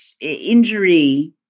injury